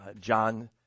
John